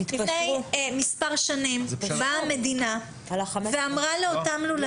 לפני מספר שנים באה המדינה ואמרה לאותם לולנים,